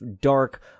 dark